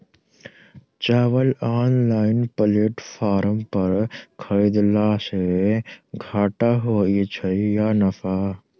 चावल online platform पर खरीदलासे घाटा होइ छै या नफा?